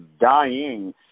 dying